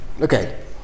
Okay